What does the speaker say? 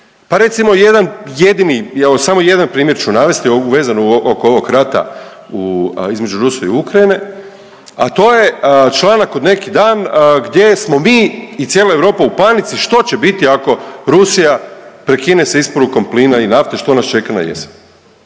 Pa recimo, jedan jedini, pa evo, samo jedan primjer ću navesti vezano oko ovog rata u, između Rusije i Ukrajine, a to je članak od neki dan gdje smo mi i cijela Europa u panici što će biti ako Rusija prekine sa isporukom plina i nafte, što nas čeka na jesen.